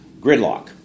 gridlock